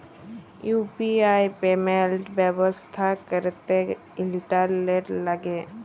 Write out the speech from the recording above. UPI payment ব্যবস্থা ক্যরতে internet ল্যাগে